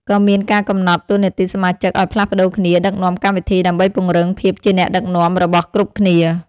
ក៏មានការកំណត់តួនាទីសមាជិកឱ្យផ្លាស់ប្តូរគ្នាដឹកនាំកម្មវិធី ដើម្បីពង្រឹងភាពជាអ្នកដឹកនាំរបស់គ្រប់គ្នា។